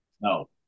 No